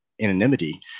anonymity